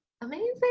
Amazing